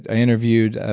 i interviewed, ah